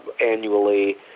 annually